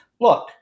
look